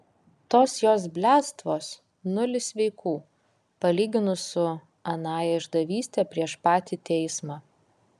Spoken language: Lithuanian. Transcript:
tos jos bliadstvos nulis sveikų palyginus su anąja išdavyste prieš patį teismą